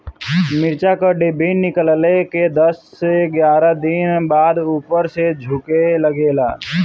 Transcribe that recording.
मिरचा क डिभी निकलले के दस से एग्यारह दिन बाद उपर से झुके लागेला?